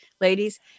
Ladies